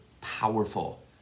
powerful